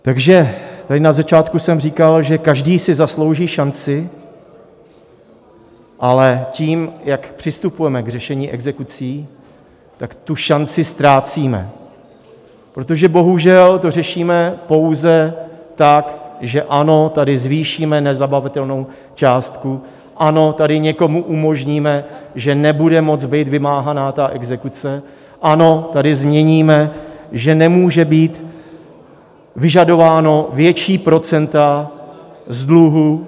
Takže tady na začátku jsem říkal, že každý si zaslouží šanci, ale tím, jak přistupujeme k řešení exekucí, tu šanci ztrácíme, protože bohužel to řešíme pouze tak, že ano, tady zvýšíme nezabavitelnou částku, ano, tady někomu umožníme, že nebude moci být vymáhána ta exekuce, ano, tady změníme, že nemůže být vyžadováno větší procento z dluhu.